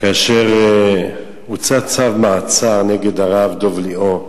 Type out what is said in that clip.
כאשר הוצא צו מעצר נגד הרב דב ליאור,